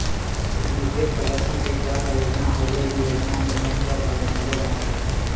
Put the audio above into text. निवेश प्रदर्शन एक तरह क योजना हउवे ई योजना इन्वेस्टमेंट मैनेजर बनावेला